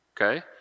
Okay